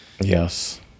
Yes